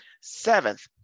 Seventh